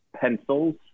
pencils